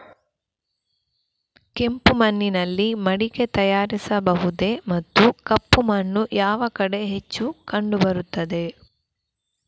ಕೆಂಪು ಮಣ್ಣಿನಲ್ಲಿ ಮಡಿಕೆ ತಯಾರಿಸಬಹುದೇ ಮತ್ತು ಕಪ್ಪು ಮಣ್ಣು ಯಾವ ಕಡೆ ಹೆಚ್ಚು ಕಂಡುಬರುತ್ತದೆ?